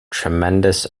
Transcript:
tremendous